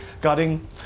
guarding